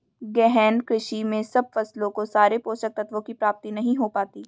गहन कृषि में सब फसलों को सारे पोषक तत्वों की प्राप्ति नहीं हो पाती